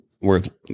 worth